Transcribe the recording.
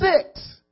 six